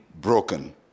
broken